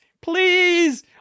please